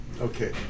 okay